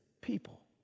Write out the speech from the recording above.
people